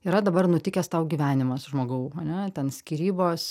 yra dabar nutikęs tau gyvenimas žmogau ane ten skyrybos